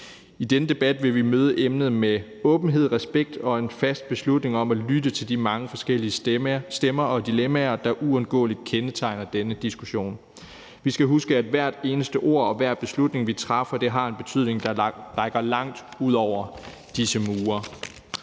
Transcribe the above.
I denne debat vil vi møde emnet med åbenhed, respekt og en fast beslutning om at lytte til de mange forskellige stemmer og dilemmaer, der uundgåeligt kendetegner denne diskussion. Vi skal huske, at hvert eneste ord og hver eneste beslutning, vi træffer, har en betydning, der rækker langt ud over disse mure.